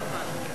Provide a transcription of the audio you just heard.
לא הבנתי.